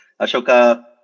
Ashoka